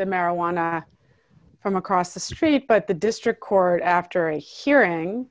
the marijuana from across the street but the district court after a hearing